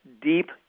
deep